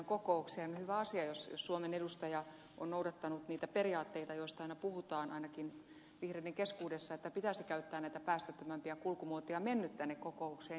on hyvä asia jos suomen edustaja on noudattanut niitä periaatteita joista aina puhutaan ainakin vihreiden keskuudessa että pitäisi käyttää näitä päästöttömämpiä kulkumuotoja ja mennyt tänne kokoukseen junalla